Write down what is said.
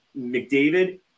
McDavid